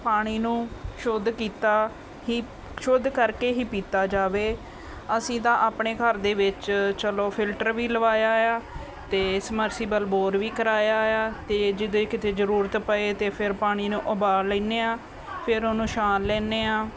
ਪਾਣੀ ਨੂੰ ਸ਼ੁੱਧ ਕੀਤਾ ਹੀ ਸ਼ੁੱਧ ਕਰਕੇ ਹੀ ਪੀਤਾ ਜਾਵੇ ਅਸੀਂ ਤਾਂ ਆਪਣੇ ਘਰ ਦੇ ਵਿੱਚ ਚਲੋ ਫਿਲਟਰ ਵੀ ਲਗਵਾਇਆ ਆ ਅਤੇ ਇਸ ਮਰਸੀਬਲ ਬੋਰ ਵੀ ਕਰਵਾਇਆ ਆ ਅਤੇ ਜਿਦੇ ਕਿਤੇ ਜ਼ਰੂਰਤ ਪਏ ਤਾਂ ਫਿਰ ਪਾਣੀ ਨੂੰ ਉਬਾਲ ਲੈਂਦੇ ਹਾਂ ਫਿਰ ਉਹਨੂੰ ਛਾਣ ਲੈਂਦੇ ਹਾਂ